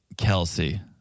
Kelsey